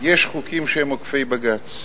יש חוקים שהם עוקפי בג"ץ,